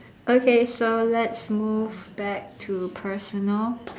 okay so let's move back to personal